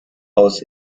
aus